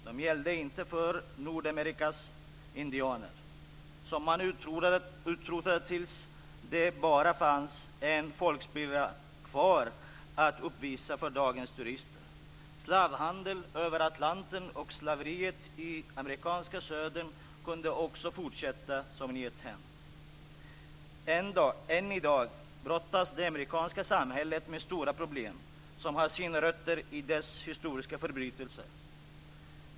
De gällde inte för Nordamerikas indianer, som man utrotade tills det bara fanns en folkspillra kvar att uppvisa för dagens turister. Slavhandeln över Atlanten och slaveriet i amerikanska Södern kunde också fortsätta som om inget hänt. Än i dag brottas det amerikanska samhället med stora problem som har sina rötter i dessa historiska förbrytelser.